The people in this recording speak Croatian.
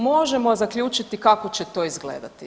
Možemo zaključiti kako će to izgledati.